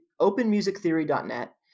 openmusictheory.net